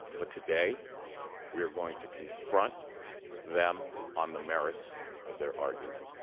but today we are going to confront them on the merits of their argument.